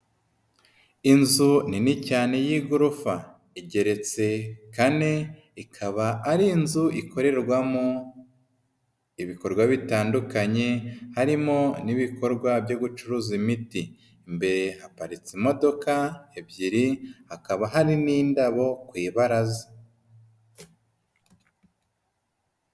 Inzu nini cyane y'igorofa, igeretse kane ikaba ari inzu ikorerwamo ibikorwa bitandukanye harimo n'ibikorwa byo gucuruza imiti, imbere haparitse imodoka ebyiri, hakaba hari n'indabo ku ibaraza.